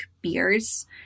beers